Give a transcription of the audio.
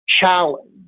challenge